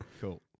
Cool